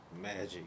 Magic